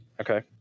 Okay